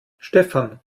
stefan